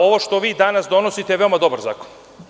Ovo što vi danas donosite je veoma dobar zakon.